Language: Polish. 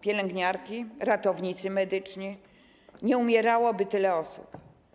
pielęgniarki, ratownicy medyczni, nie umierałoby tyle osób.